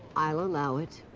i'll allow it.